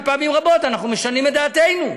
ופעמים רבות אנחנו משנים את דעתנו,